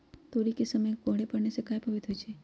तोरी फुल के समय कोहर पड़ने से काहे पभवित होई छई?